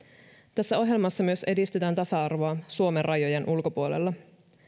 tässä ohjelmassa myös edistetään tasa arvoa suomen rajojen ulkopuolella